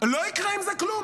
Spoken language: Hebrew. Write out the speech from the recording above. לא יקרה עם זה כלום.